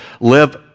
live